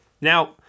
Now